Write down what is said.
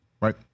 right